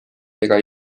ega